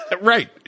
Right